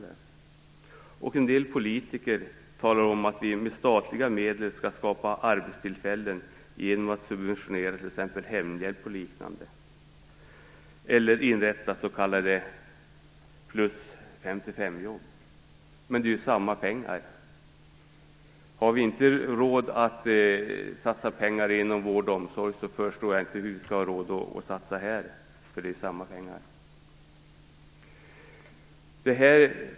En del politiker talar om att vi med statliga medel skall skapa arbetstillfällen genom att subventionera t.ex. hemhjälp och liknande eller inrätta s.k. +55-jobb. Men det är ju samma pengar. Har vi inte råd att satsa pengar inom vård och omsorg, förstår jag inte hur vi skall ha råd att satsa på detta - det är ju samma pengar!